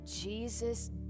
Jesus